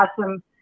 awesome